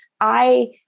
I-